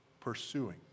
pursuing